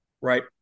Right